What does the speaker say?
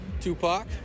Tupac